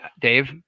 dave